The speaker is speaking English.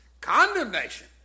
condemnation